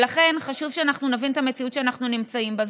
לכן חשוב שאנחנו נבין את המציאות שאנחנו נמצאים בה.